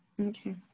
Okay